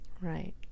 Right